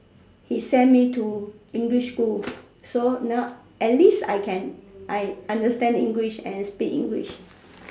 he send me to English school so now at least I can I understand English and speak English